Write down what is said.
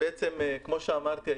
כמו שאמרתי,